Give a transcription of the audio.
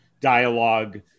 dialogue